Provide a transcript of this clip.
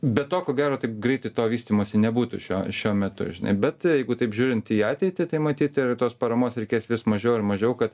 be to ko gero taip greitai to vystymosi nebūtų šio šiuo metu žinai bet jeigu taip žiūrint į ateitį tai matyti tos paramos reikės vis mažiau ir mažiau kad